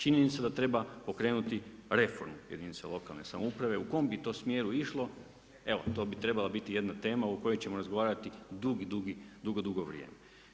Činjenica treba da pokrenuti reformu jedinica lokalne samouprave u kom bi to smjeru išlo, evo to bi trebalo biti jedna tema o kojoj ćemo razgovarati dugo, dugo vrijeme.